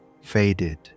faded